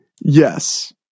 Yes